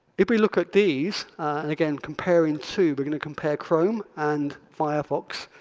if we look at these and again comparing to we're going to compare chrome and firefox.